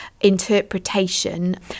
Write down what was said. interpretation